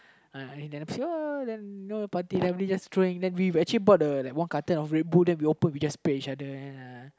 then you know party then we just we know we actually bought one carton of Red Bull then we just and uh